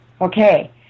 Okay